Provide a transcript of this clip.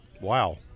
Wow